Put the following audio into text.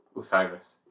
Osiris